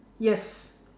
yes